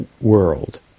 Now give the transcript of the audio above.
world